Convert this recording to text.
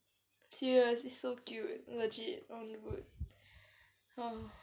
serious it's so cute legit